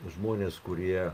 žmonės kurie